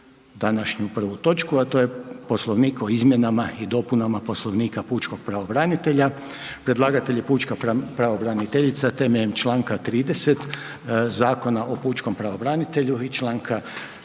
današnju prvu točku a to je Poslovnik o izmjenama i dopunama Poslovnika pučkog pravobranitelja, predlagatelj je pučka pravobraniteljica temeljem čl. 30. Zakona o pučkom pravobranitelju i čl. 36.